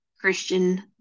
christian